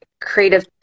creative